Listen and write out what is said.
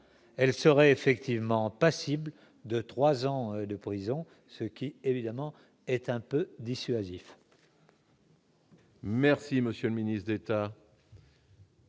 elle serait effectivement passible de 3 ans de prison ce qui évidemment est un peu dissuasif.